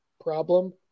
problem